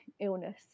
illness